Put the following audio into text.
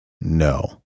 no